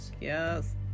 Yes